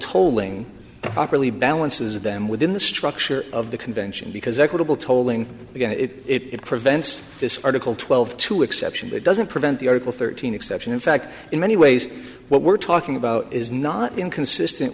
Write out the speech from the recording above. tolling properly balances them within the structure of the convention because equitable tolling it prevents this article twelve to exception that doesn't prevent the article thirteen exception in fact in many ways what we're talking about is not inconsistent